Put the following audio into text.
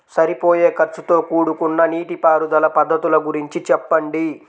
సరిపోయే ఖర్చుతో కూడుకున్న నీటిపారుదల పద్ధతుల గురించి చెప్పండి?